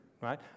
right